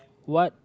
what